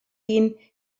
been